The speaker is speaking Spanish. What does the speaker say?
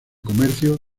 comercio